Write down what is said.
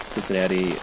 Cincinnati